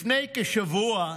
לפני כשבוע,